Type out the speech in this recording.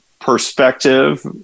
perspective